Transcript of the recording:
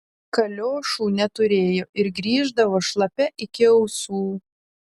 kaliošų neturėjo ir grįždavo šlapia iki ausų